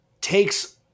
takes